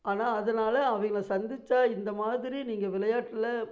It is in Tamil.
ஆனால் அதனால் அவங்கள சந்திச்சால் இந்த மாதிரி நீங்க விளையாட்டில்